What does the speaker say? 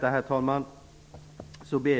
Herr talman!